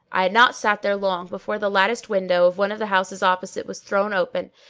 i had not sat there long before the latticed window of one of the houses opposite was thrown open,